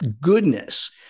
goodness